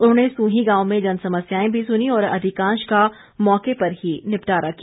उन्होंने सूहीं गांव में जनसमस्याए भी सुनीं और अधिकांश का मौके पर ही निपटारा किया